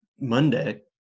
Monday